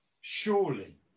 Surely